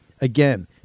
Again